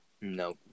No